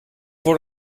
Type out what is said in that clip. voor